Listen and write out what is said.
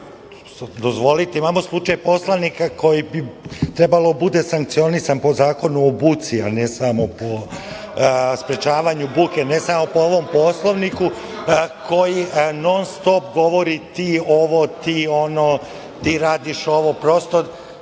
i recimo, imamo slučaj poslanika koji bi trebalo da bude sankcionisan po zakonu o buci, a ne samo po sprečavanju buke, ne samo po ovom Poslovniku, koji non-stop govori – ti ovo, ti ono, ti radiš ovo. Prosto